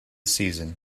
season